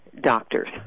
doctors